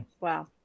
Wow